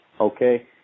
okay